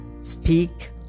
speak